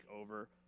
over